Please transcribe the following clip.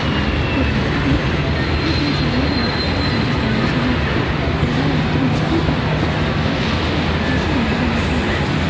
அந்த இடத்து பேர் வந்துட்டு ஊட்டி ஊட்டின்னு சொன்னாலே நமக்கு வந்துட்டு கொஞ்சம் சந்தோஷமாக இருக்கும் அப்படிதான் வந்துட்டு நான் ஸ்கூல் படிக்கிறப்போ சொன்னப்பயும் வந்துட்டு எங்களுக்கும் ரொம்ப சந்தோஷமாக இருந்துச்சு